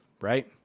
right